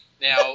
Now